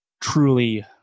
truly